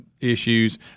issues